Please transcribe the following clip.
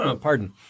pardon